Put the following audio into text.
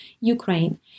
Ukraine